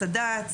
סד"צ,